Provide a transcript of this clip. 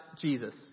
Jesus